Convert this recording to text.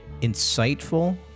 insightful